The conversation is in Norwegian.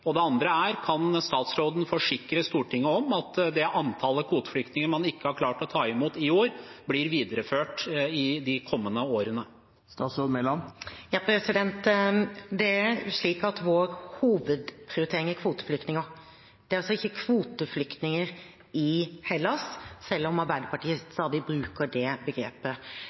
man ikke har klart å ta imot i år, blir videreført i de kommende årene? Vår hovedprioritering er kvoteflyktninger. Det er ikke kvoteflyktninger i Hellas, selv om Arbeiderpartiet stadig bruker det begrepet.